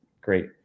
Great